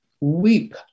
weep